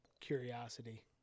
curiosity